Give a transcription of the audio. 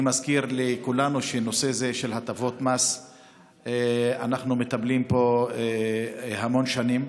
אני מזכיר לכולנו שבנושא זה של הטבות מס אנחנו מטפלים פה המון שנים.